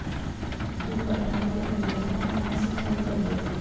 दू कट्ठा खेत में केतना पानी सीचाई करिए?